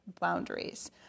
boundaries